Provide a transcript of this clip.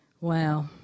Wow